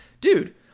dude